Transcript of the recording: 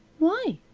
why?